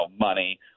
money